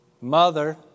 Mother